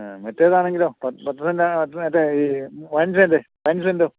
ആ മറ്റേത് ആണെങ്കിലോ പത്ത് സെൻ്റ് മറ്റേ ഈ പതിനഞ്ച് സെൻ്റ് പതിനഞ്ച് സെൻ്റോ